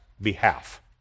behalf